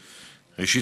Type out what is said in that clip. ראשית,